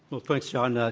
well, thanks, john. and